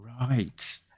Right